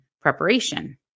preparation